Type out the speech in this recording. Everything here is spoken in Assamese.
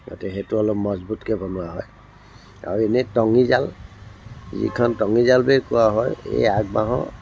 গতিকে সেইটো অলপ মজবুতকৈ বনোৱা হয় আৰু এনেই টঙিজাল যিখন টঙিজাল বুলি কোৱা হয় এই আগ বাঁহৰ